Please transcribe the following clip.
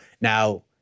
Now